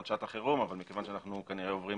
שעת החירום אבל מכיוון שאנחנו כנראה עוברים